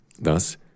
Thus